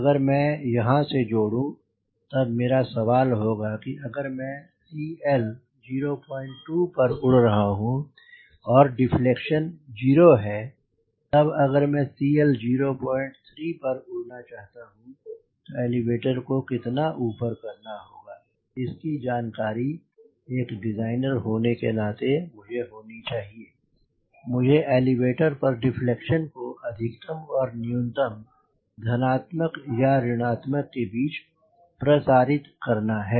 अगर मैं यहां से जोड़ूँ तब मेरा सवाल होगा कि अगर मैं CL 02 पर उड़ रहा हूं और डिफलेक्शन 0 है तब अगर मैं CL 03 पर उड़ना चाहता हूं तो एलीवेटर को कितना ऊपर करना होगा इसकी जानकारी एक डिज़ाइनर होने के नाते मुझे होनी चाहिए और मुझे एलीवेटर पर डिफलेक्शन को अधिकतम और न्यूनतम धनात्मक या ऋणात्मक के बीच प्रसारित करना है